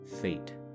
fate